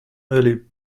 early